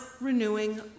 renewing